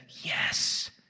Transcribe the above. yes